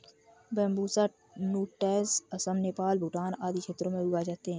Bambusa nutans Assam, Nepal, Bhutan आदि क्षेत्रों में उगाए जाते है